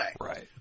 Right